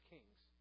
Kings